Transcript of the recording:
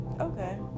okay